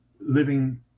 living